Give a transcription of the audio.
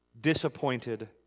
disappointed